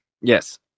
Yes